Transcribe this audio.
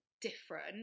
different